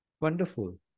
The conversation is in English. Wonderful